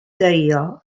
deio